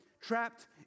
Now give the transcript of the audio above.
Trapped